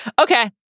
Okay